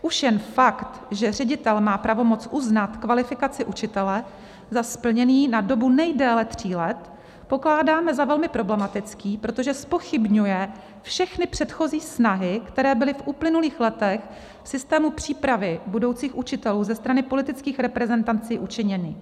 Už jen fakt, že ředitel má pravomoc uznat kvalifikaci učitele za splněnou na dobu nejdéle tří let, pokládáme za velmi problematický, protože zpochybňuje všechny předchozí snahy, které byly v uplynulých letech v systému přípravy budoucích učitelů ze strany politických reprezentací učiněny.